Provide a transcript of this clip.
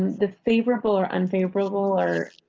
the favorable or unfavorable, or or.